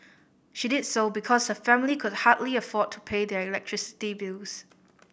she did so because her family could hardly afford to pay their electricity bills